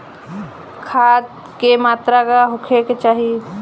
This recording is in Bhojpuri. खाध के मात्रा का होखे के चाही?